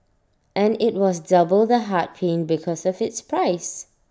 and IT was double the heart pain because of its price